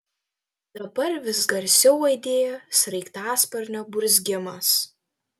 dabar vis garsiau aidėjo sraigtasparnio burzgimas